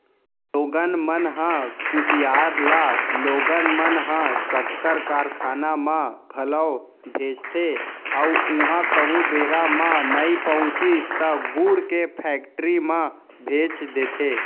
लोगन मन ह कुसियार ल लोगन मन ह सक्कर कारखाना म घलौ भेजथे अउ उहॉं कहूँ बेरा म नइ पहुँचिस त गुड़ के फेक्टरी म भेज देथे